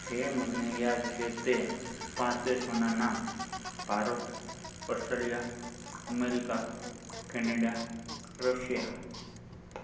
જે મને યાદ છે તે પાંચ દેશોનાં નામ Bharat Australia America Canada Russia